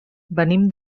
venim